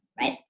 right